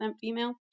female